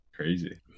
crazy